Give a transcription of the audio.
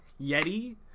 Yeti